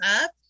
up